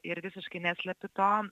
ir visiškai neslepiu to